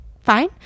fine